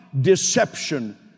deception